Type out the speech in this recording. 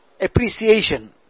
appreciation